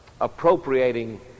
appropriating